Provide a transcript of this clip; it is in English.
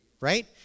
right